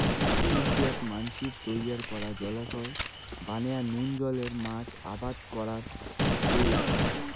ইন্দোনেশিয়াত মানষির তৈয়ার করাং জলাশয় বানেয়া নুন জলের মাছ আবাদ করার চৈল আচে